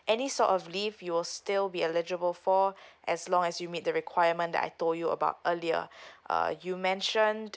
any sort of leave you'll still be eligible for as long as you meet the requirement that I told you about earlier uh you mentioned